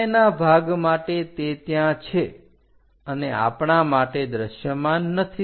સામેના ભાગ માટે તે ત્યાં છે અને આપણાં માટે દ્રશ્યમાન નથી